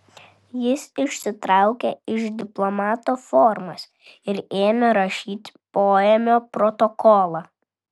jis išsitraukė iš diplomato formas ir ėmė rašyti poėmio protokolą